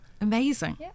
Amazing